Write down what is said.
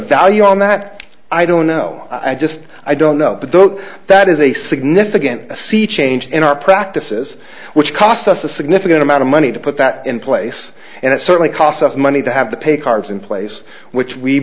value on that i don't know i just i don't know but the that is a significant sea change in our practices which cost us a significant amount of money to put that in place and it certainly costs us money to have to pay cards in place which we